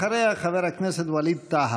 אחריה, חבר הכנסת ווליד טאהא.